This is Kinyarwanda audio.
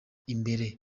imbere